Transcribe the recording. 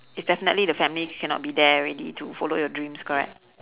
it's definitely the family cannot be there already to follow your dreams correct